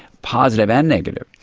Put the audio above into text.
positive and negative.